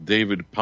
David